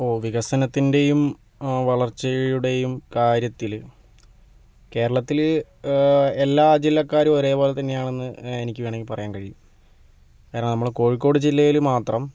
ഇപ്പോൾ വികസനത്തിൻ്റെയും വളർച്ചയുടേയും കാര്യത്തില് കേരളത്തില് എല്ലാ ജില്ലക്കാരും ഒരേ പോലെ തന്നെയാണെന്ന് എനിക്ക് വേണമെങ്കിൽ പറയാൻ കഴിയും കാരണം നമ്മള് കോഴിക്കോട് ജില്ലയില് മാത്രം